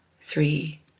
three